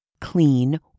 clean